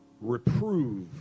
reprove